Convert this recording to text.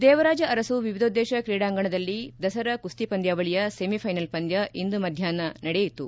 ದೇವರಾಜ ಅರಸು ವಿವಿಧೋದ್ದೇಶ ಕ್ರೀಡಾಂಗಣದಲ್ಲಿ ದಸರಾ ಕುಸ್ತಿ ಪಂದ್ಕಾವಳಿಯ ಸೆಮಿಫೈನಲ್ ಪಂದ್ಕ ಇಂದು ಮಧ್ಕಾಷ್ನ ನಡೆಯಲಿದೆ